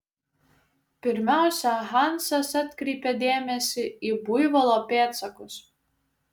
pirmiausia hansas atkreipė dėmesį į buivolo pėdsakus